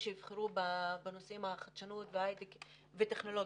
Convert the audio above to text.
שיבחרו בנושאי חדשנות והיי-טק וטכנולוגיה.